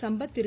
Sampath Thiru